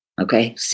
Okay